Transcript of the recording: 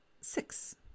six